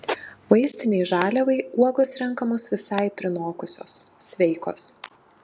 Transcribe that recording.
vaistinei žaliavai uogos renkamos visai prinokusios sveikos